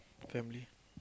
family